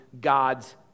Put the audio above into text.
God's